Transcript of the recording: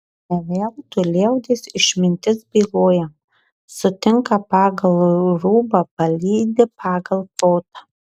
ne veltui liaudies išmintis byloja sutinka pagal rūbą palydi pagal protą